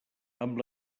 amb